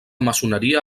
maçoneria